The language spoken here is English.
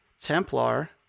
Templar